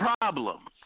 problems